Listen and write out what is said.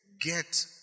Get